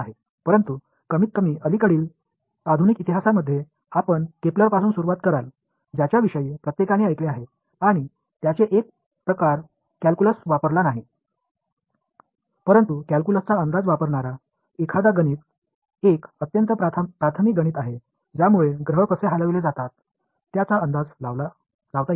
ஆனால் குறைந்த பட்சம் சமீபத்திய நவீன வரலாற்றில் எல்லோரும் கேள்விப்பட்ட கெப்லருடன் நீங்கள் தொடங்குகிறீர்கள் அவர் ஒரு வகையான நாட் கால்குலஸைப் பயன்படுத்தினார் ஆனால் கிரகங்கள் எவ்வாறு நகர்ந்தன என்பதைக் கணிப்பதற்கு ப்ரீடேடிங் கால்குலஸ் என்ற மிகவும் அடிப்படை கணிதத்தை பயன்படுத்தினார்